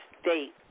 state